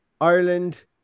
Ireland